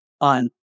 on